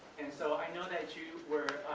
and so i know that you were